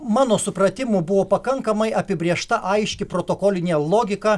mano supratimu buvo pakankamai apibrėžta aiški protokolinė logika